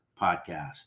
Podcast